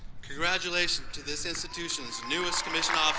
congratulations to this institution's newest commissioned um